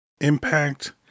impact